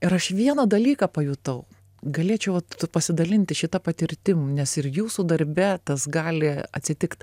ir aš vieną dalyką pajutau galėčiau pasidalinti šita patirtim nes ir jūsų darbe tas gali atsitikt